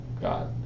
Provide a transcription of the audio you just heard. God